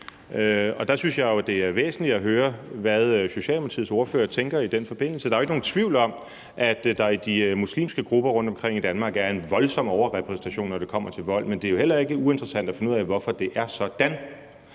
Der synes jeg jo, at det er væsentligt at høre, hvad Socialdemokratiets ordfører tænker i den forbindelse. Der er ikke nogen tvivl om, at der i de muslimske grupper rundtomkring i Danmark er en voldsom overrepræsentation, når det kommer til vold, men det er jo heller ikke uinteressant at finde ud af, hvorfor det er sådan.